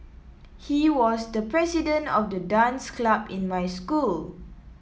he was the president of the dance club in my school